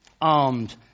armed